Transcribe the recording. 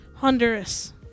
Honduras